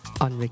on